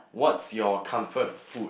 what's your comfort food